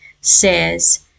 says